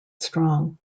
strong